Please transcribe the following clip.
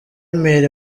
mail